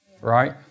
Right